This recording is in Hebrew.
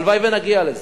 הלוואי שנגיע לזה.